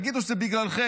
תגידו שזה בגללכם,